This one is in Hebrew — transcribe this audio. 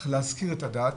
איך להזכיר את הדעת,